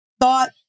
thought